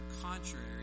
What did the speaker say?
contrary